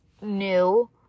new